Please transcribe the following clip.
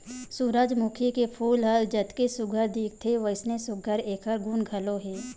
सूरजमूखी के फूल ह जतके सुग्घर दिखथे वइसने सुघ्घर एखर गुन घलो हे